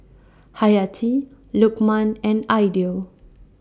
Hayati Lukman and Aidil